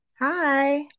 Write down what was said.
Hi